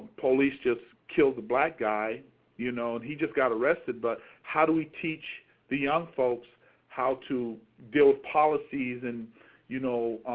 police just killed a black guy you know and he just got arrested, but how do we teach the young folks to deal with policies and you know